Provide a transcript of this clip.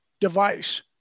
device